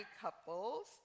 couples